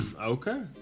Okay